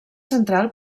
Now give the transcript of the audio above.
central